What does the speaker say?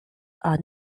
are